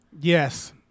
Yes